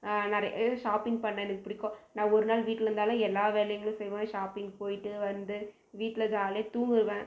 shopping பண்ண எனக்கு பிடிக்கும் நான் ஒரு நாள் வீட்டில் இருந்தாலே எல்லா வேலையுமே செய்வேன் ஷாப்பிங் போயிட்டு வந்து வீட்டில் ஜாலியாக தூங்குவேன்